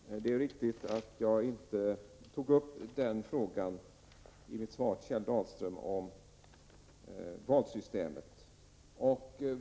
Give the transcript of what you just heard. Herr talman! Det är riktigt att jag inte i mitt svar till Kjell Dahlström tog upp frågan om valsystemet.